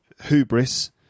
hubris